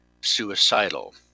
suicidal